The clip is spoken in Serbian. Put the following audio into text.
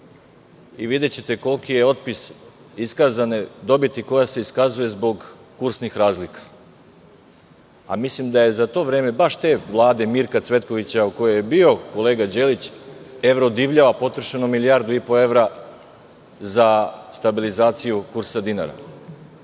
i videćete koliki je otpis iskazane dobiti koja se iskazuje zbog kursnih razlika. Mislim da je baš za te Vlade Mirka Cvetkovića, u kojoj je bio kolega Đelić, evro divljao, a potrošeno milijardu i po evra za stabilizaciju kursa dinara.